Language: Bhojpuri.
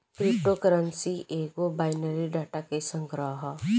क्रिप्टो करेंसी एगो बाइनरी डाटा के संग्रह ह